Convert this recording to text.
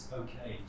okay